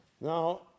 Now